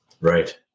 Right